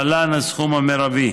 להלן: הסכום המרבי.